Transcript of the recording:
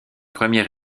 première